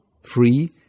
free